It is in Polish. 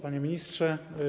Panie Ministrze!